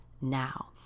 now